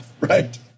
Right